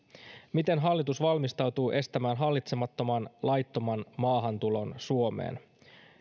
miten hallitus valmistautuu estämään hallitsemattoman laittoman maahantulon suomeen